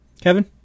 kevin